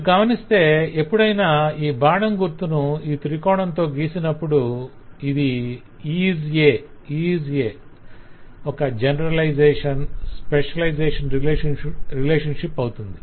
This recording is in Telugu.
మీరు గమనిస్తే ఎప్పుడైనా ఈ బాణం గుర్తును ఈ త్రికోణంతో గీసినప్పుడు ఇది 'is a' 'అది ఒక' - ఒక జెనెరలైజేషన్ స్పెషలైజేషన్ రిలేషన్షిప్ అవుతుంది